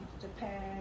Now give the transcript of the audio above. Japan